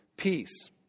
peace